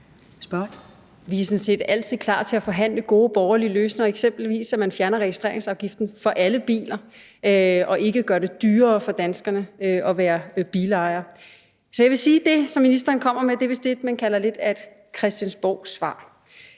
Vi er sådan set altid klar til at forhandle gode borgerlige løsninger, eksempelvis at man fjerner registreringsafgiften for alle biler og ikke gør det dyrere for danskerne at være bilejer. Så jeg vil sige, at det, ministeren kommer med, vist lidt er det, man kalder et christiansborgsvar.